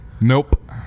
Nope